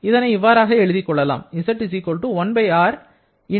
இதனை இவ்வாறாக எழுதிக் கொள்ளலாம்